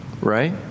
right